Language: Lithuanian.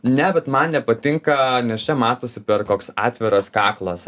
ne bet man nepatinka nes čia matosi koks atviras kaklas